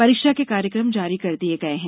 परीक्षा के कार्यक्रम जारी कर दिए गए हैं